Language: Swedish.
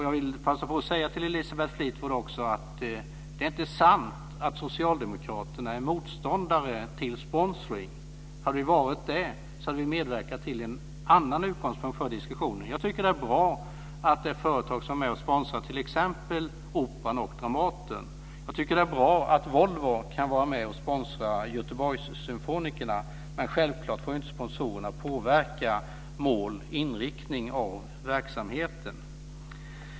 Jag vill också passa på att säga till Elisabeth Fleetwood att det inte är sant att socialdemokraterna är motståndare till sponsring. Hade vi varit det skulle vi ha medverkat till en annan utgångspunkt för diskussionen. Jag tycker att det är bra att företag sponsrar t.ex. Operan och Dramaten, och jag tycker att det är bra att Volvo kan vara med om att sponsra Göteborgssymfonikerna, men självklart får inte sponsorerna påverka mål och inriktning i verksamheten.